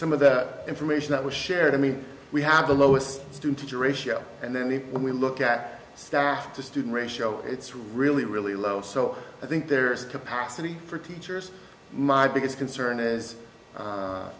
some of that information that was shared i mean we have the lowest student teacher ratio and then when we look at star after student ratio it's really really low so i think there's a capacity for teachers my biggest concern is